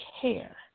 care